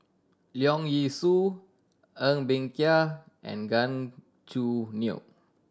Leong Yee Soo Ng Bee Kia and Gan Choo Neo